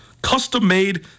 Custom-made